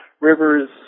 rivers